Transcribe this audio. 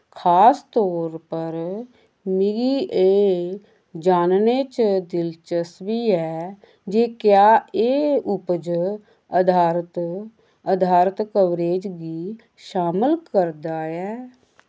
खास तौर पर मिगी एह् जानने च दिलचस्वी ऐ के क्या एह् उपज आधारत कवरेज गी शामल करदा ऐ